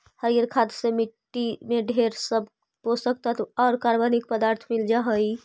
हरियर खाद से मट्टी में ढेर सब पोषक तत्व आउ कार्बनिक पदार्थ मिल जा हई